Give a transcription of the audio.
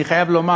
ואני חייב לומר,